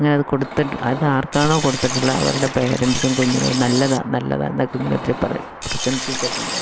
ഇനി അതു കൊടുത്തിട്ട് അതാർക്കാണോ കൊടുത്തിട്ടുള്ള അവരുടെ പാരൻസും കുഞ്ഞുങ്ങളും നല്ലതാണ് നല്ലതാണെന്നൊക്കെ ഇങ്ങനെ ഒത്തിരി പ്രശംസിച്ചിട്ടുണ്ട്